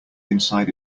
inside